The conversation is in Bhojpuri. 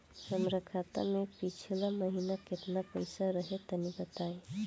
हमरा खाता मे पिछला महीना केतना पईसा रहे तनि बताई?